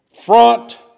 front